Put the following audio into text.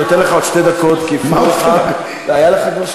אני נותן לך עוד שתי דקות, כי הפריעו לך.